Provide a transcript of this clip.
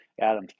Adam